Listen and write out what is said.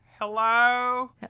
Hello